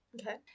Okay